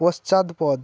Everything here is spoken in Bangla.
পশ্চাৎপদ